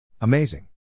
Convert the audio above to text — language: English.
Amazing